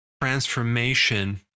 transformation